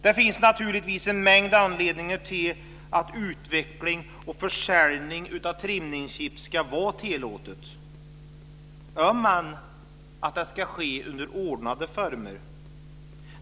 Det finns naturligtvis en mängd anledningar till att utveckling och försäljning av trimningschip ska vara tillåtet - om än under ordnade former.